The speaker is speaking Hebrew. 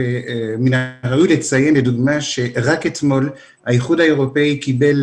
מן הראוי לציין לדוגמה שרק אתמול האיחוד האירופי קיבל